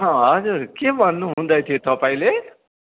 हजुर के भन्नु हुँदै थियो तपाईँले